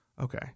Okay